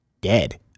dead